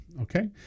Okay